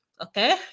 Okay